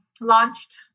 launched